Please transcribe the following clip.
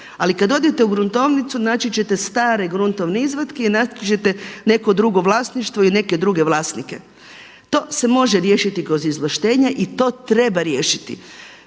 ali kada odete u gruntovnicu naći ćete stare gruntovne izvatke i naći ćete neko drugo vlasništvo i neke druge vlasnike. To se može riješiti kroz izvlaštenja i to treba riješiti.